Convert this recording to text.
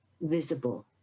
visible